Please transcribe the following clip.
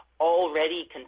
already